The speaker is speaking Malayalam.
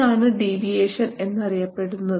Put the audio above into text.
ഇതാണ് ഡീവിയേഷൻ എന്നറിയപ്പെടുന്നത്